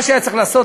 מה שהיה צריך לעשות,